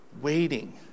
Waiting